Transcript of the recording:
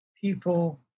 people